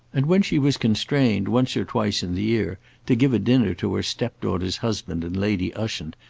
and when she was constrained once or twice in the year to give a dinner to her step-daughter's husband and lady ushant,